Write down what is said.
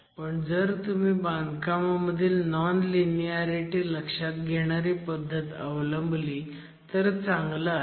पण जर तुम्ही बांधकामामधील नॉन लिनीयारिटी लक्षात घेणारी पद्धत अवलंबली तर चांगलं आहे